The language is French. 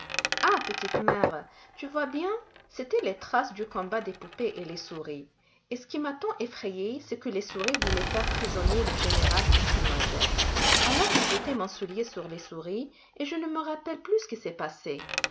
ah petite mère tu vois bien c'étaient les traces du combat des poupées et les souris et ce qui m'a tant effrayée c'est que les souris voulaient faire prisonnier le général casse-noisette alors j'ai jeté mon soulier sur les souris et je ne me rappelle plus ce qui s'est passé